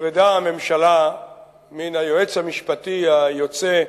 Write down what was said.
נפרדה הממשלה מן היועץ המשפטי היוצא,